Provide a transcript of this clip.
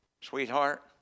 sweetheart